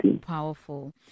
powerful